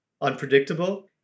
unpredictable